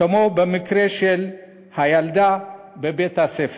כמו במקרה של הילדה בבית-הספר.